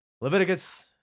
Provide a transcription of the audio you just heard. Leviticus